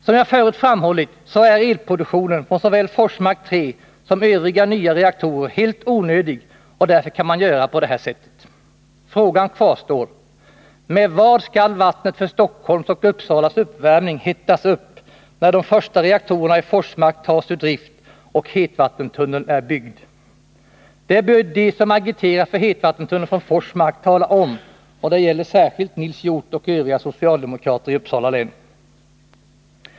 Som jag förut framhållit är elproduktionen från såväl Forsmark 3 som övriga nya reaktorer helt onödig, och därför kan man göra på det här sättet. Frågan kvarstår: Med vad skall vattnet för Stockholms och Uppsalas uppvärmning hettas upp, när de första reaktorerna i Forsmark tas ur drift och hetvattentunneln är byggd? Det bör de som agiterar för hetvattentunneln från Forsmark tala om, och det gäller särskilt Nils Hjorth och övriga socialdemokrater i Uppsala län.